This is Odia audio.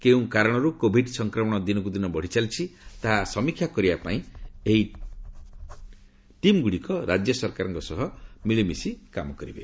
କେଉଁ କାରଣରୁ କୋଭିଡ୍ ସଂକ୍ରମଣ ଦିନକୁ ଦିନ ବଢ଼ି ଚାଲିଛି ତାହା ସମୀକ୍ଷା କରିବା ପାଇଁ ଏହି ଟିମ୍ଗୁଡ଼ିକ ରାଜ୍ୟ ସରକାରଙ୍କ ସହ ସମୀକ୍ଷା କରିବେ